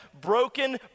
broken